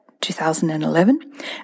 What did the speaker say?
2011